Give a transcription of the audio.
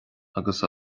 agus